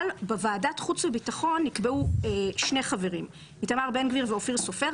בוועדת חוץ וביטחון יהיו חברים איתמר בן גביר ואופיר סופר,